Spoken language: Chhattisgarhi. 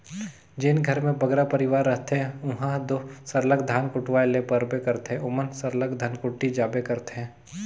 जेन घर में बगरा परिवार रहथें उहां दो सरलग धान कुटवाए ले परबे करथे ओमन सरलग धनकुट्टी जाबे करथे